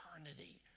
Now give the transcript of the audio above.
eternity